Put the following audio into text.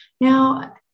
Now